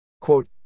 Quote